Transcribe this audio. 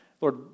Lord